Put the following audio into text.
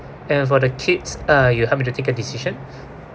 and for the kids uh you help me to take a decision